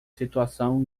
situação